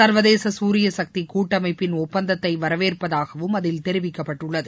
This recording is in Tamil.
சர்வதேச சூரிய சக்தி கூட்டமைப்பின் ஒப்பந்தத்தை வரவேற்பதாகவும் அதில் தெரிவிக்கப்பட்டுள்ளது